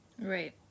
Right